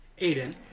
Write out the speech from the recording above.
Aiden